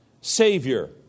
Savior